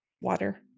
Water